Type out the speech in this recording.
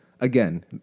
again